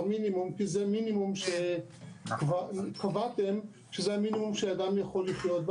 המינימום כי קבעתם שזה המינימום שאדם יכול לחיות איתו.